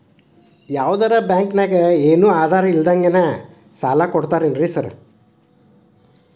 ಯಾವದರಾ ಬ್ಯಾಂಕ್ ನಾಗ ಏನು ಆಧಾರ್ ಇಲ್ದಂಗನೆ ಸಾಲ ಕೊಡ್ತಾರೆನ್ರಿ ಸಾರ್?